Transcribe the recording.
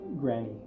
granny